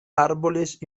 árboles